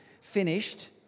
finished